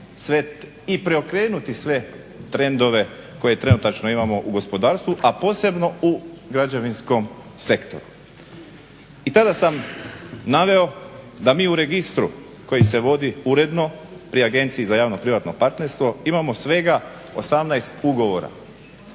i preokrenuti sve trendove koje trenutačno imamo u gospodarstvu, a posebno u građevinskom sektoru. I tada sam naveo da mi u registru koji se vodi uredno pri Agenciji za javno-privatno partnerstvo imamo svega 18 ugovora